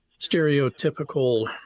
stereotypical